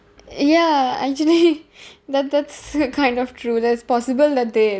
ya actually that that's kind of true that's possible that they